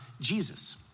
Jesus